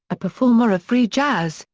a performer of free jazz,